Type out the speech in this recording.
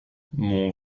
mon